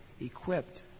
equipped